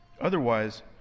Otherwise